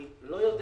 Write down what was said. אני לא יודע,